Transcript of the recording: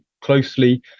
closely